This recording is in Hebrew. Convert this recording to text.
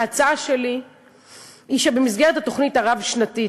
ההצעה שלי היא שבמסגרת התוכנית הרב-שנתית,